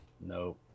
No